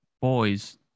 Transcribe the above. boys